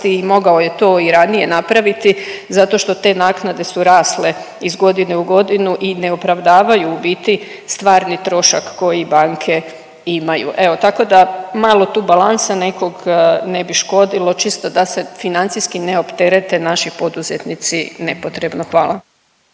i mogao je to i ranije napraviti, zato što te naknade su rasle iz godine u godinu i ne opravdavaju u biti stvarni trošak koji banke imaju. Evo, tako da malo tu balansa nekog ne bi škodilo čisto da se financijski ne opterete naši poduzetnici nepotrebno. Hvala.